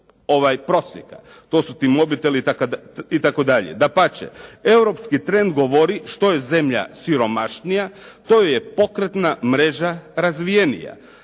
To su ti mobiteli itd. dapače, europski trend govori što je zemlja siromašnija, to je pokretna mreža razvijenija.